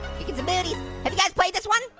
kickin' some booties. have you guys played this one?